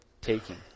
taking